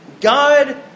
God